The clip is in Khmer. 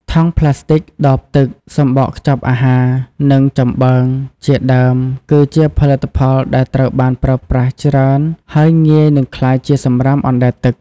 ថង់ប្លាស្ទិក ដបទឹក សម្បកខ្ចប់អាហារ និងចំបើង ជាដើម គឺជាផលិតផលដែលត្រូវបានប្រើប្រាស់ច្រើន ហើយងាយនឹងក្លាយជាសំរាមអណ្តែតទឹក។